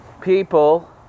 people